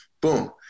Boom